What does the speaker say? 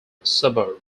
suburb